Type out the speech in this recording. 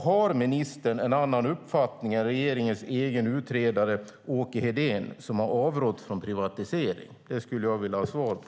Har ministern en annan uppfattning än regeringens egen utredare, Åke Hedén, som har avrått från privatisering? Det skulle jag vilja ha svar på.